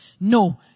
No